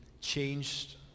changed